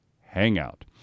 hangout